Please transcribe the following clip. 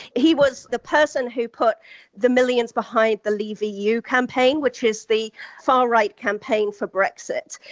he was the person who put the millions behind the leave. eu campaign, which is the far-right campaign for brexit.